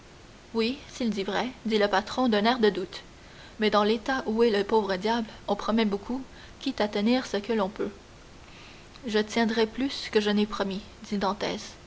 oui s'il dit vrai dit le patron d'un air de doute mais dans l'état où est le pauvre diable on promet beaucoup quitte à tenir ce que l'on peut je tiendrai plus que je n'ai promis